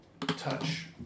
Touch